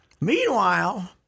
Meanwhile